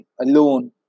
alone